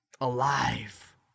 alive